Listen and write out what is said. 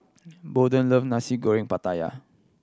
Bolden love Nasi Goreng Pattaya